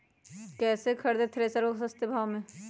कैसे खरीदे थ्रेसर को सस्ते भाव में?